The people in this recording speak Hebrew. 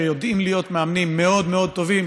שיודעים להיות מאמנים מאוד מאוד טובים,